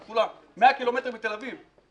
היא כולה 100 ק"מ מתל אביב.